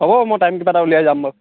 হ'ব মই টাইম কিবা এটা ওলিয়াই যাম বাৰু